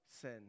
sin